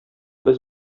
без